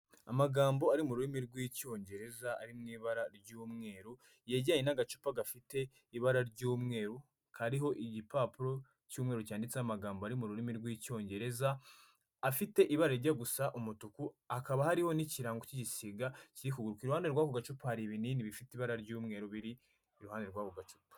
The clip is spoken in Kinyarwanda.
Amagambo ari mu rurimi rw'icyongereza ari mu ibara ry'umweru yegeranye n'agacupa gafite ibara ry'umweru kariho igipapuro cy'umweru cyanditse amagambo ari mu rurimi rw'icyongereza, afite ibara rijya gusa umutuku hakaba hariho n'ikirango cy'igisiga kiri kufuruka, iruhande rw'ako gacupa hari ibinini bifite ibara ry'umweru biri iruhande rw'ako gacupa.